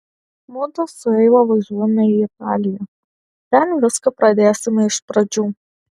mudu su eiva važiuojame į italiją ten viską pradėsime iš pradžių